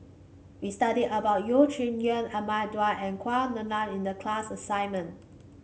we studied about Yeo Shih Yun Ahmad Daud and in the class assignment